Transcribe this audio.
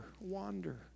wander